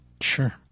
sure